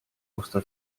vostra